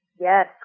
Yes